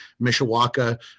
Mishawaka